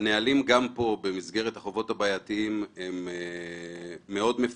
הנהלים במסגרת החובות הבעייתיים מאוד מפורטים.